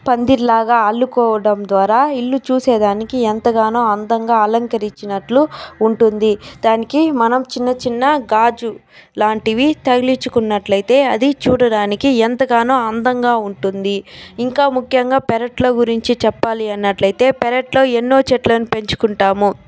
పందిరి లాగా అల్లుకోవడం ద్వారా ఇల్లు చూసేదానికి ఎంతగానో అందంగా అలంకరించినట్లు ఉంటుంది దానికి మనం చిన్న చిన్న గాజు లాంటివి తగిలించుకున్నట్లయితే అది చూడడానికి ఎంతగానో అందంగా ఉంటుంది ఇంకా ముఖ్యంగా పెరట్లో గురించి చెప్పాలి అన్నట్లయితే పెరట్లో ఎన్నో చెట్లను పెంచుకుంటాము